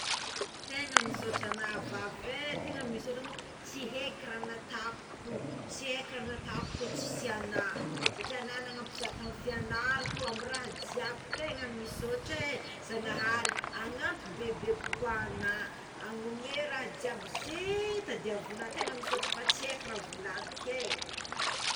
Tegna misaotra agnao vavy é tegna misaotra agnao tsy heko raha nataoko tsy eko raha nataoko kô tsisy agnao satria enao nanampy za tamign'ny fianarako amy raha jiaby tegna misaotra é zanahary anampy bebe kokoa ana anome raha jiaby zet adiavina tegna misaotra tsy aiko raha volaniko é.